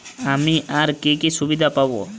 আমি আর কি কি সুবিধা পাব?